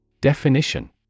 Definition